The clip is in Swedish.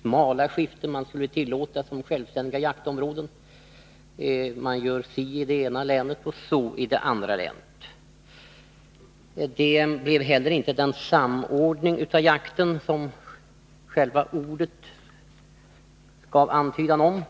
smala skiften som skulle tillåtas som självständiga jaktområden. Man gör si i det ena länet och så i det andra länet. Det blev inte heller den samordning av jakten som det gavs en antydan om i förslaget.